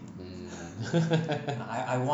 mm